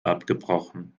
abgebrochen